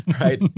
Right